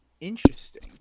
interesting